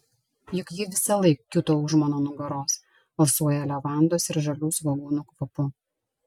juk ji visąlaik kiūto už mano nugaros alsuoja levandos ir žalių svogūnų kvapu